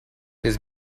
his